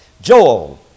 Joel